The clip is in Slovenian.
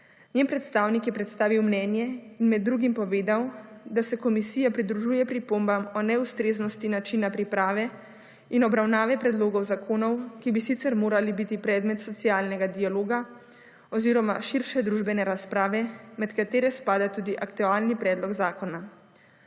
Njen predstavnik je predstavil mnenje in med drugim povedal, da se komisija pridružuje pripombam o neustreznosti načina priprave in obravnave predlogov zakonov, ki bi sicer morali biti predmet socialnega dialoga oziroma širše družbene razprave, med katere spada tudi aktualni predlog zakona.